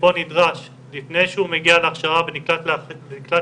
שפה נדרש לפני שהוא מגיע ונקלט להכשרה,